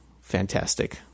fantastic